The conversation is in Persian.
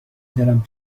دلم